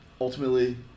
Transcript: ultimately